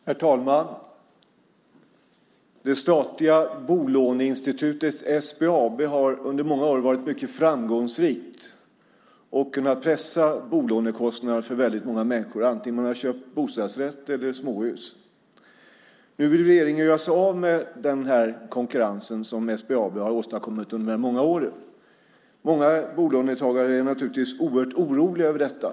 Herr talman! Det statliga bolåneinstitutet SBAB har under många år varit mycket framgångsrikt och kunnat pressa bolånekostnaderna för väldigt många människor antingen de har köpt en bostadsrätt eller småhus. Nu vill ju regeringen göra sig av med den konkurrens som SBAB har åstadkommit under många år. Många bolånetagare är naturligtvis oerhört oroliga över detta.